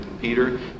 Peter